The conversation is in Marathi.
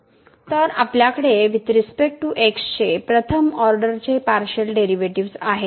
तर आपल्याकडे वुईथ रीसपेक्ट टू x चे प्रथम ऑर्डरचे पार्शिअल डेरिव्हेटिव्ह्ज आहे